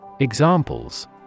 Examples